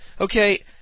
Okay